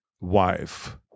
wife